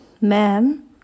Ma'am